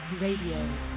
Radio